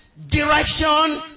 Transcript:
Direction